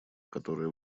которая